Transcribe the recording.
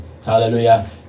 hallelujah